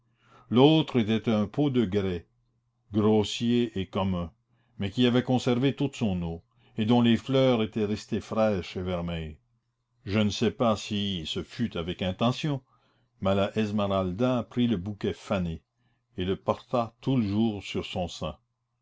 l'autre était un pot de grès grossier et commun mais qui avait conservé toute son eau et dont les fleurs étaient restées fraîches et vermeilles je ne sais pas si ce fut avec intention mais la esmeralda prit le bouquet fané et le porta tout le jour sur son sein